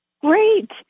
Great